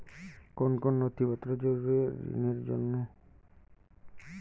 কোন কোন নথিপত্র থাকা জরুরি ঋণের জন্য?